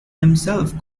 himself